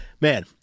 man